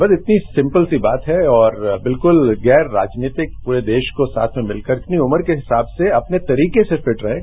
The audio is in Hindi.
बस इतनी सिम्पल सी बात है और बिलकूल गैर राजनीतिक प्रे देश को साथ में मिलकर अपनी उम्र के हिसाब से अपने तरीके से फिट रहें